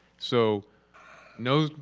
so no,